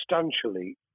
substantially